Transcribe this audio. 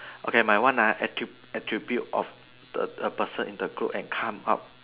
okay my one ah at attribute of the a person in the group and come up